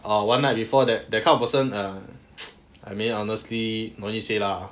err one night before that that kind of person err I mean honestly no need say lah